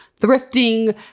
thrifting